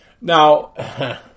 now